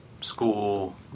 school